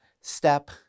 step